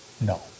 No